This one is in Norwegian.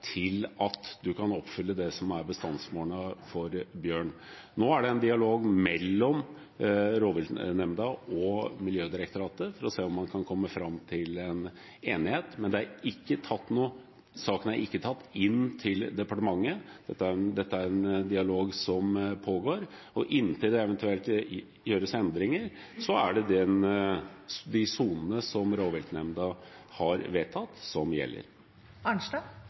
til at man kan oppfylle det som er bestandsmålene for bjørn. Nå er det en dialog mellom rovviltnemnda og Miljødirektoratet for å se om man kan komme fram til en enighet, men saken er ikke tatt inn til departementet. Dette er en dialog som pågår, og inntil det eventuelt gjøres endringer, er det de sonene som rovviltnemnda har vedtatt, som gjelder. Marit Arnstad